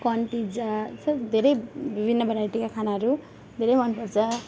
corn pizza धेरै विभिन्न भेराइटिका खानाहरू धेरै मनपर्छ